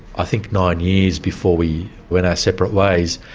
i think, nine years before we went our separate ways.